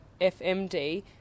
FMD